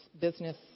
business